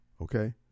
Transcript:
okay